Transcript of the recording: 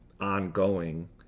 ongoing